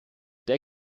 der